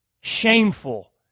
Shameful